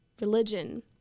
religion